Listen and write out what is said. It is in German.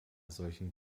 solchen